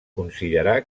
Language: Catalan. considerar